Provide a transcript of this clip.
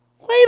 Wait